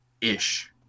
ish